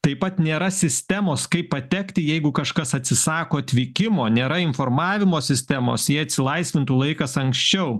taip pat nėra sistemos kaip patekti jeigu kažkas atsisako atvykimo nėra informavimo sistemos jei atsilaisvintų laikas anksčiau